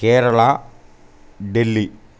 Kerala Delhi